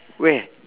where